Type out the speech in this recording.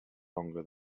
longer